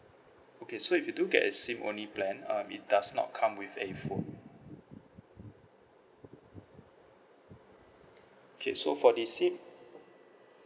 okay so if you do get a SIM only plan uh it does not come with a phone okay so for the SIM